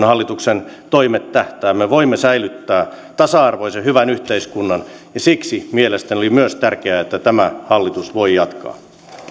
hallituksen toimet tähtäävät me voimme säilyttää tasa arvoisen hyvän yhteiskunnan ja siksi mielestäni oli myös tärkeää että tämä hallitus voi jatkaa